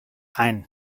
ein